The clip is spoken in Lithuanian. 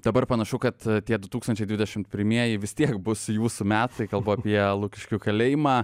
dabar panašu kad tie du tūkstančiai dvidešimt pirmieji vis tiek bus jūsų metai kalbu apie lukiškių kalėjimą